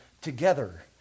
together